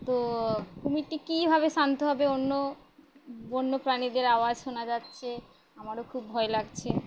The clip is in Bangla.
তো কুমিরটি কীভাবে শান্ত হবে অন্য বন্য প্রাণীদের আওয়াজ শোনা যাচ্ছে আমারও খুব ভয় লাগছে